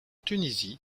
tunisie